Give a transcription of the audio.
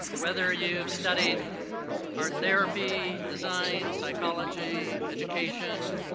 whether you've studied art therapy, design, psychology, education,